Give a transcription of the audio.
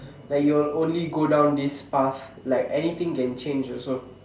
like you'll only go down this path like anything can change also